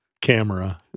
camera